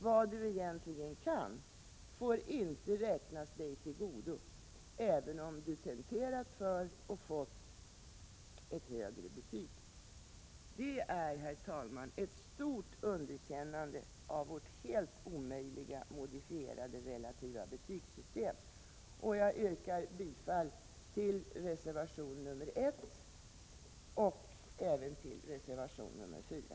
Vad du egentligen kan får inte räknas dig till godo, även om du tenterat för och fått ett högre betyg. Det är, herr talman, ett stort underkännande av vårt helt omöjliga, modifierade relativa betygssystem. Jag yrkar bifall till reservation 1 och även till reservation 4.